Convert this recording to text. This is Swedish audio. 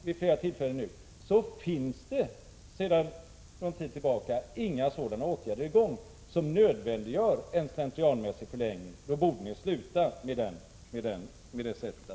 Som jag har påpekat finns det sedan någon tid tillbaka inga sådana åtgärder som nödvändiggör en slentrianmässig förlängning, och då borde ni sluta att uppträda på det här sättet.